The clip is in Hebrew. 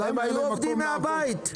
הם היו עובדים מהבית.